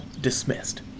dismissed